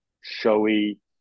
showy